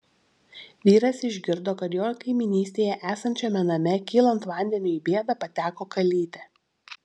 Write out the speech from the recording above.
vyras išgirdo kad jo kaimynystėje esančiame name kylant vandeniui į bėdą pateko kalytė